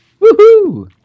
Woohoo